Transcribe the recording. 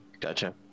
gotcha